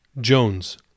Jones